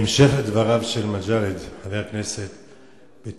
בהמשך לדבריו של חבר הכנסת מג'אדלה,